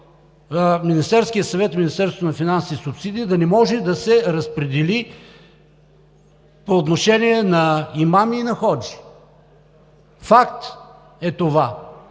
Министерския съвет и Министерството на финансите субсидия да не може да се разпредели по отношение на имами и на ходжи. Факт е това!